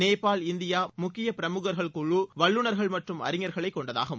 Nepal India முக்கிய பிரமுகர்கள் குழு வல்லுநர்கள் மற்றும் அறிஞர்களை கொண்டதாகும்